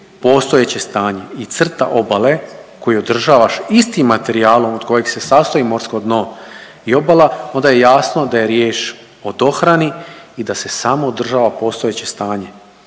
postojeće stanje i crta obale koju održavaš istim materijalom od kojeg se sastoji morsko dno i obala onda je jasno da je riječ o dohrani i da se samo održava postojeće stanje.